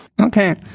Okay